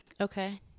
Okay